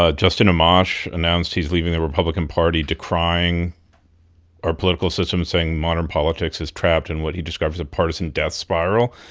ah justin amash announced he's leaving the republican party, decrying our political system, saying modern politics is trapped in what he describes as a partisan death spiral.